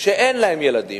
שאין להם ילדים,